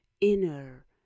inner